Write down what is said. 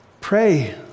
pray